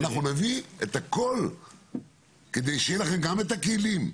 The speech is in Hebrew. אנחנו נביא את הכול כדי שיהיה לכם גם את הכלים.